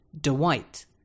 Dwight